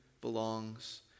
belongs